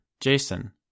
Jason